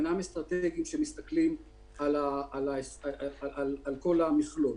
אינם אסטרטגיים שמסתכלים על כל המכלול.